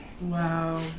Wow